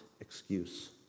excuse